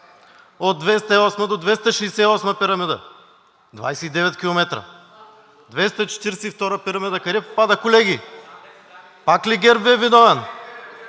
от 208 до 268 пирамида, 29 км. 242-ра пирамида къде попада, колеги? Пак ли ГЕРБ Ви е виновен?